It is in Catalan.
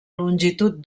longitud